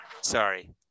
Sorry